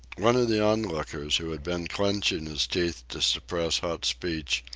one of the onlookers, who had been clenching his teeth to suppress hot speech,